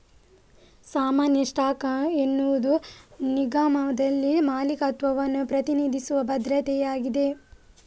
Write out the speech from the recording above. ಸಾಮಾನ್ಯ ಸ್ಟಾಕ್ ಎನ್ನುವುದು ನಿಗಮದಲ್ಲಿ ಮಾಲೀಕತ್ವವನ್ನು ಪ್ರತಿನಿಧಿಸುವ ಭದ್ರತೆಯಾಗಿದೆ